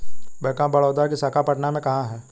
Bank of Baroda की शाखा पटना में कहाँ है?